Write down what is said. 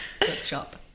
bookshop